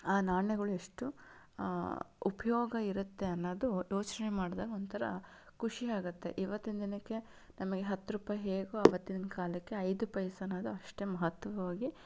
ಆ ನಾಣ್ಯಗಳು ಎಷ್ಟು ಉಪಯೋಗ ಇರತ್ತೆ ಅನ್ನೋದು ಯೋಚನೆ ಮಾಡಿದಾಗ ಒಂಥರ ಖುಷಿ ಆಗತ್ತೆ ಇವತ್ತಿನ ದಿನಕ್ಕೆ ನಮಗೆ ಹತ್ತು ರೂಪಾಯಿ ಹೇಗೋ ಆವತ್ತಿನ ಕಾಲಕ್ಕೆ ಐದು ಪೈಸೆನಾದ್ರೂ ಅಷ್ಟೇ ಮಹತ್ವವಾಗಿ